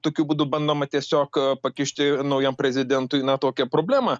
tokiu būdu bandoma tiesiog pakišti naujam prezidentui na tokią problemą